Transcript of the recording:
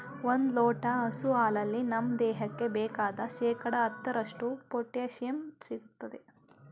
ಒಂದ್ ಲೋಟ ಹಸು ಹಾಲಲ್ಲಿ ನಮ್ ದೇಹಕ್ಕೆ ಬೇಕಾದ್ ಶೇಕಡಾ ಹತ್ತರಷ್ಟು ಪೊಟ್ಯಾಶಿಯಂ ಸಿಗ್ತದೆ